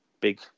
big